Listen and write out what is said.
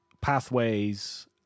Pathways